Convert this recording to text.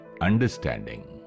understanding